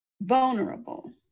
Vulnerable